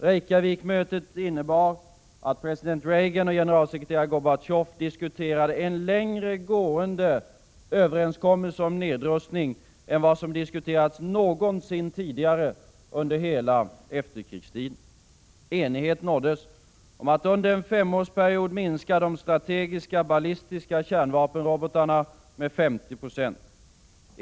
Reykjavikmötet innebar att president Reagan och generalsekreterare Gorbatjov diskuterade en längre gående överenskommelse om nedrustning än som diskuterats någonsin tidigare under hela efterkrigstiden. Enighet nåddes om att under en femårsperiod minska de strategiska ballistiska kärnvapenrobotorna med 50 96.